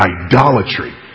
idolatry